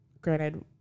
granted